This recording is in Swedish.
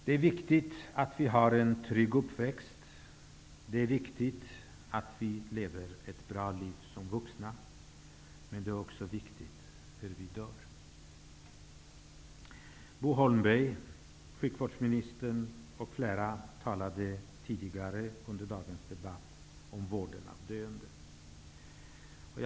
Det är viktigt att vi har en trygg uppväxt, det är viktigt att vi lever ett bra liv som vuxna, men det är också viktigt hur vi dör. Bo Holmberg, sjukvårdsministern och flera andra har tidigare under dagens debatt talat om vården av döende.